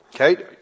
Okay